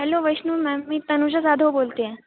hello Vaishnu ma'am मी तनुजा जाधव बोलते आहे